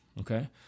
okay